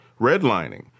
redlining